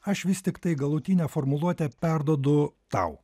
aš vis tiktai galutinę formuluotę perduodu tau